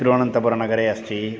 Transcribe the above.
तिरुवनन्तपुरनगरे अस्ति